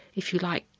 if you like,